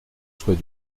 soit